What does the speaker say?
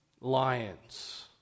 lions